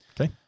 Okay